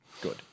Good